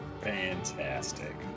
fantastic